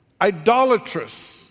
idolatrous